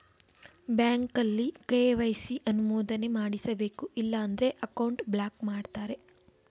ಬ್ಯಾಂಕಲ್ಲಿ ಕೆ.ವೈ.ಸಿ ಅನುಮೋದನೆ ಮಾಡಿಸಬೇಕು ಇಲ್ಲ ಅಂದ್ರೆ ಅಕೌಂಟ್ ಬ್ಲಾಕ್ ಮಾಡ್ತಾರೆ